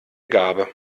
gabe